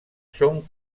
són